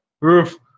Roof